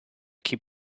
keep